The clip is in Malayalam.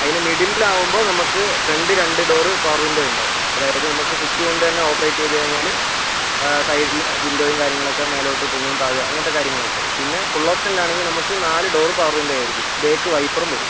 അതിന് മിഡിൽ ആകുമ്പോൾ നമുക്ക് ഫ്രണ്ട് രണ്ടു ഡോറ് പവർ വിൻഡോ ഉണ്ടാകും അതായത് നമുക്ക് സ്വിച്ച് കൊണ്ട് തന്നെ ഓപ്പറേറ്റ് ചെയ്ത് കഴിഞ്ഞാല് സൈഡിലെ വിൻഡോയും കാര്യങ്ങളൊക്കേ മേലോട്ട് പൊങ്ങും താഴും അങ്ങനത്തെ കാര്യങ്ങളൊക്കെ പിന്നെ ഫുൾ ഓപ്ഷനിലാണെങ്കിൽ നമുക്ക് നാല് ഡോറും പവർ വിൻഡോയുമായിരിക്കും ബാക്ക് വൈപ്പറും വരും